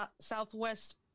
southwest